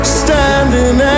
standing